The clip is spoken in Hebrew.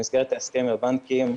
במסגרת ההסכם עם הבנקים,